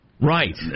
Right